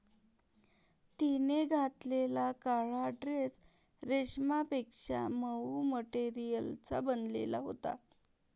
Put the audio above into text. तिने घातलेला काळा ड्रेस रेशमापेक्षा मऊ मटेरियलचा बनलेला होता